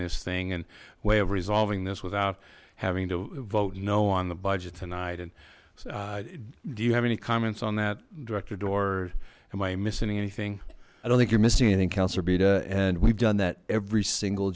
this thing and way of resolving this without having to vote no on the budget tonight and do you have any comments on that directed or am i missing anything i don't think you're missing anything counselor beta and we've done that every single